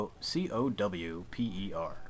C-O-W-P-E-R